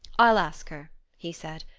i'll ask her, he said.